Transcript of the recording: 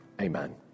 Amen